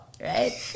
right